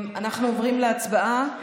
אנחנו עוברים להצבעה.